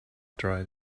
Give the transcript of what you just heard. dried